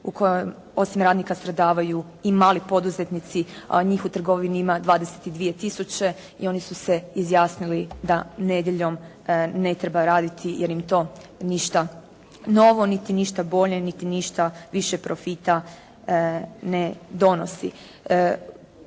u kojoj osim radnika stradavaju i mali poduzetnici, a njih u trgovini ima 22 tisuće i oni su se izjasnili da nedjeljom ne treba raditi jer im to ništa novo, niti ništa bolje, niti ništa više profita ne donosi.